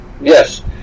Yes